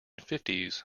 fifties